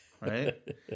Right